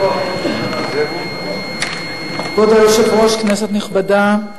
כבוד היושב-ראש, כנסת נכבדה,